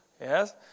yes